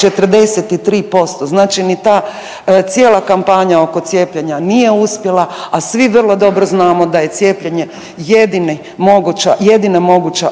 43%. Znači ni ta cijela kampanja oko cijepljenja nije uspjela, a svi vrlo dobro znamo da je cijepljenje jedini moguća, jedina moguća